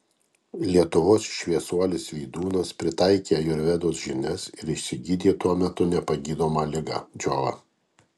lietuvos šviesuolis vydūnas pritaikė ajurvedos žinias ir išsigydė tuo metu nepagydomą ligą džiovą